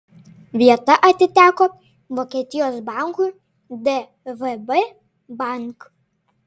vieta atiteko vokietijos bankui dvb bank